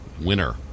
winner